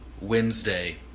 Wednesday